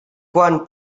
quan